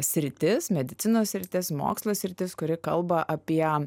sritis medicinos sritis mokslo sritis kuri kalba apie